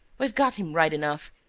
we've got him right enough.